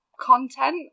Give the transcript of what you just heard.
content